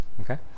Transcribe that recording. Okay